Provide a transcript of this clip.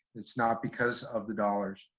it's not because of the dollars.